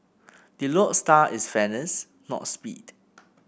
the lodestar is fairness not speed